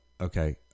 okay